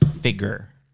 figure